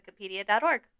Wikipedia.org